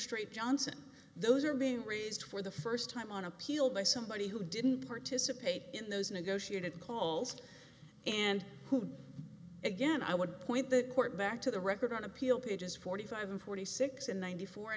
e johnson those are being raised for the first time on appeal by somebody who didn't participate in those negotiated calls and who again i would point the court back to the record on appeal pages forty five and forty six in ninety four